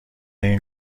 این